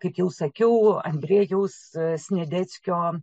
kaip jau sakiau andriejaus sniadeckio